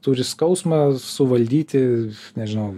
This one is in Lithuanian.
turi skausmą suvaldyti nežinau